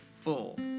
full